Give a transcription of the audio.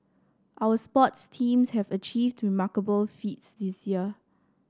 our sports teams have achieved remarkable feats this year